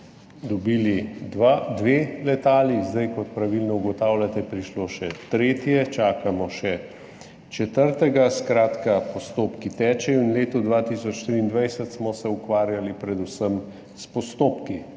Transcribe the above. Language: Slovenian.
dobili dve letali. Kot pravilno ugotavljate, je prišlo še tretje, čakamo še četrtega. Skratka, postopki tečejo in v letu 2023 smo se ukvarjali predvsem s postopki.